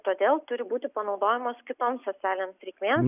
todėl turi būti panaudojamas kitoms socialinėms reikmėms